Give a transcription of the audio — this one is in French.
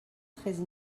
treize